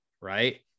right